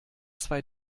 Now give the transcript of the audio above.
zwei